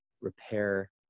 repair